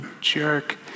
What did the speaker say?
jerk